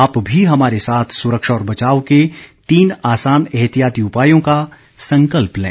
आप भी हमारे साथ सुरक्षा और बचाव के तीन आसान एहतियाती उपायों का संकल्प लें